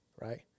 Right